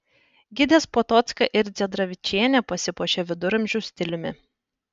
gidės potocka ir dziedravičienė pasipuošė viduramžių stiliumi